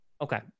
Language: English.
Okay